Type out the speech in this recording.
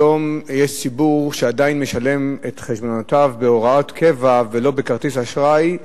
היום יש ציבור שעדיין משלם את חשבונותיו בהוראות קבע ולא בכרטיס אשראי,